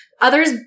Others